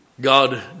God